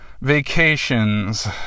vacations